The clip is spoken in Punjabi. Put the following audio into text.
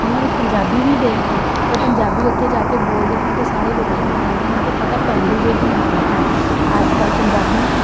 ਇਹਨਾਂ ਵਿੱਚ ਪੰਜਾਬੀ ਵੀ ਗਏ ਹਨ ਉਹ ਪੰਜਾਬੀ ਉੱਥੇ ਜਾ ਕੇ ਬੋਲਦੇ ਹਨ ਅਤੇ ਸਾਰੇ ਲੋਕ ਉਹਨੂੰ ਕਹਿੰਦੇ ਹਨ ਤੇ ਇਹ ਤਾਂ ਪੇਂਡੂ ਜਿਹੇ ਹੀ ਆ ਗਏ ਹੈ ਅੱਜ ਕੱਲ੍ਹ ਪੰਜਾਬੀ